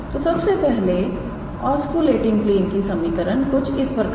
तो सबसे पहले ऑस्कुलेटिंग प्लेन का समीकरण कुछ इस प्रकार है